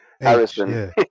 Harrison